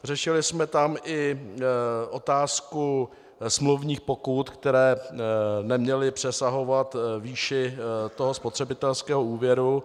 Řešili jsme tam i otázku smluvních pokut, které neměly přesahovat výši toho spotřebitelského úvěru.